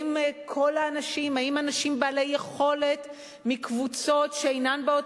האם אנשים בעלי יכולת מקבוצות שאינן באות